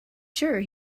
sure